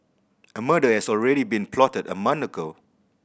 a murder had already been plotted a month ago